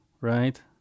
right